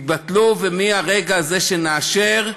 התבטלו, ומהרגע שנאשר,